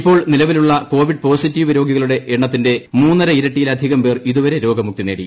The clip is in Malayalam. ഇപ്പോൾ നിലവിലുള്ള കോവിഡ് പോസിറ്റീവ് രോഗികളുടെ എണ്ണത്തിന്റെ മൂന്നര ഇരട്ടിയിലധികംപേർ ഇതുവരെ രോഗമുക്തി നേടി